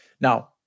Now